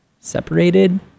separated